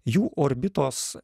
jų orbitos